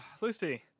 Lucy